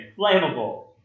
flammable